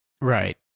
Right